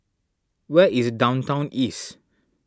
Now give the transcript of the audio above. where is Downtown East